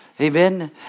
Amen